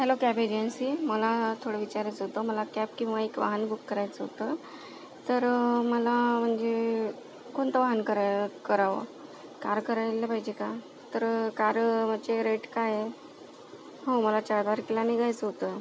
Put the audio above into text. hello cab agency मला थोडं विचारायचं होतं मला कॅब किंवा एक वाहन बुक करायचं होतं तर मला म्हणजे कोणतं वाहन कराय करावं कार करायला पाहिजे का तर कारवरचे रेट काय आहे हो मला चार तारखेला निघायचं होतं